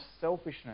selfishness